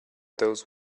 those